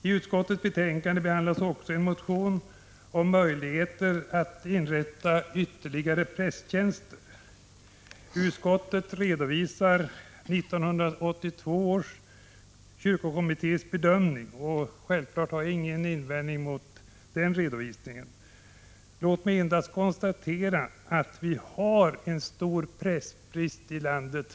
I utskottets betänkande behandlas också en motion om möjligheter att inrätta ytterligare prästtjänster. Utskottet redovisar 1982 års kyrkokommittés bedömning. Självfallet har jag ingen invändning mot denna redovisning. Låt mig endast konstatera att vi för närvarande har stor prästbrist i landet.